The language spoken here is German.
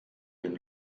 den